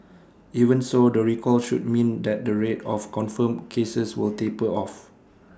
even so the recall should mean that the rate of confirmed cases will taper off